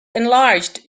enlarged